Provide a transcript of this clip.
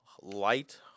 Light